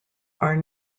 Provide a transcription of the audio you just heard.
are